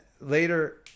later